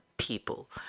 people